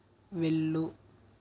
వెళ్ళు